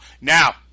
Now